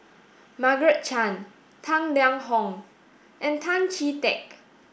Margaret Chan Tang Liang Hong and Tan Chee Teck